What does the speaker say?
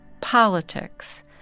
politics